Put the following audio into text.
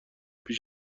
پیش